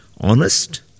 honest